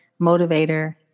motivator